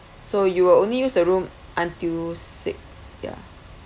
so you will only use the room until six ya